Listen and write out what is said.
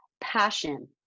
passion